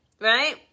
Right